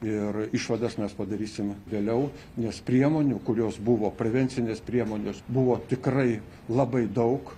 ir išvadas mes padarysim vėliau nes priemonių kurios buvo prevencinės priemonės buvo tikrai labai daug